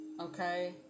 Okay